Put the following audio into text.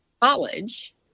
college